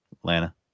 Atlanta